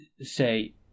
say